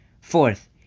Fourth